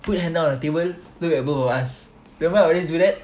put hand on our table look at both of us he always do that